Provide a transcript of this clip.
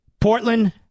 Portland